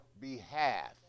behalf